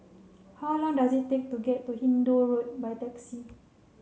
how long does it take to get to Hindoo Road by taxi